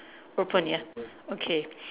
open ya okay